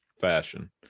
fashion